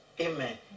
Amen